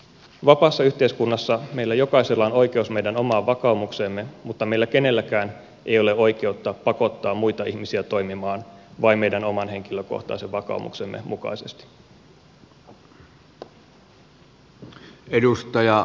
vapaassa yhteiskunnassa meillä jokaisella on oikeus meidän omaan vakaumukseemme mutta meillä kenelläkään ei ole oikeutta pakottaa muita ihmisiä toimimaan vain meidän oman henkilökohtaisen vakaumuksemme mukaisesti